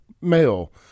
male